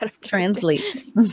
Translate